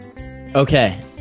Okay